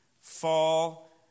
fall